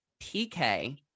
pk